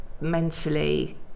mentally